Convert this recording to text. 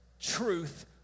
truth